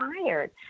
tired